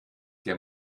der